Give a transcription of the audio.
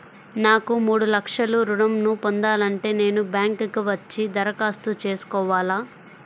నాకు మూడు లక్షలు ఋణం ను పొందాలంటే నేను బ్యాంక్కి వచ్చి దరఖాస్తు చేసుకోవాలా?